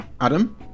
adam